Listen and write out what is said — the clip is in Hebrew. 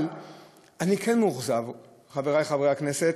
אבל אני כן מאוכזב, חברי חברי הכנסת,